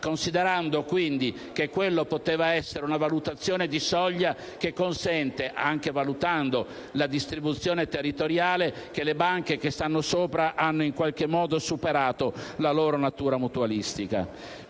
considerando quindi che quella poteva essere una valutazione di soglia che consente di affermare, anche valutando la distribuzione territoriale, che le banche che stanno sopra hanno in qualche modo superato la loro natura mutualistica.